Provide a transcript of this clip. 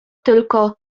tylko